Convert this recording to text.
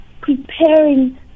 preparing